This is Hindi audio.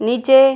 नीचे